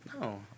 No